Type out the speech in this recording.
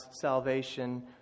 salvation